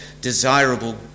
desirable